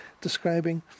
describing